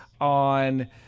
on